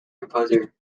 composer